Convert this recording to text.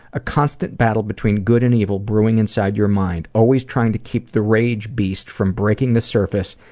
a constant battle between good and evil brewing inside your mind. always trying to keep the rage beast from breaking the surface,